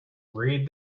read